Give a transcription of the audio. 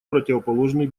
противоположный